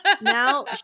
Now